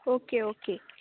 okay okay